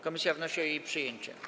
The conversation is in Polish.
Komisja wnosi o jej przyjęcie.